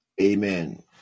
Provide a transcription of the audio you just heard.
Amen